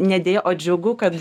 ne deja o džiugu kad